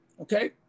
Okay